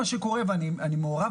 אני מציין